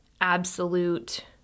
absolute